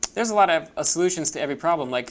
there's a lot of ah solutions to every problem, like